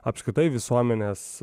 apskritai visuomenės